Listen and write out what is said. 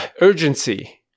urgency